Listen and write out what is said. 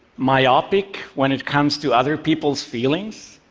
myopic when it comes to other people's feelings,